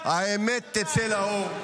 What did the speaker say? האמת תצא לאור.